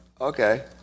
Okay